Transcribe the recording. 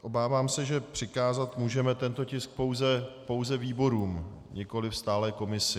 Obávám se, že přikázat můžeme tento tisk pouze výborům, nikoli stálé komisi.